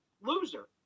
loser